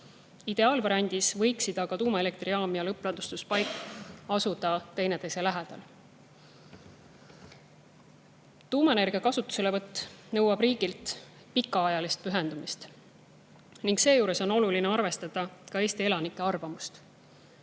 Ideaalvariandi kohaselt võiksid aga tuumaelektrijaam ja lõppladustuspaik asuda teineteise lähedal. Tuumaenergia kasutuselevõtt nõuab riigilt pikaajalist pühendumist ning seejuures on oluline arvestada ka Eesti elanike arvamust.